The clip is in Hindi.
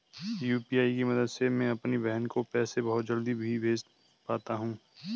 यू.पी.आई के मदद से मैं अपनी बहन को पैसे बहुत जल्दी ही भेज पाता हूं